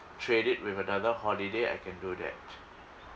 trade it with another holiday I can do that